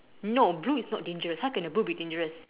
no blue is not dangerous how can a blue be dangerous